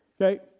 Okay